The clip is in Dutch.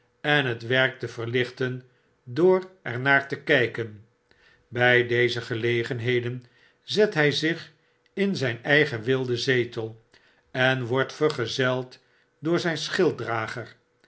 en het werk te verlichten door er naar te kpen bg deze gelegenheden zet hjj zich in zijn eigen wilden zetel en wordt vergezeld door zijn